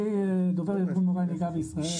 דובר ארגון מורי הנהיגה בישראל.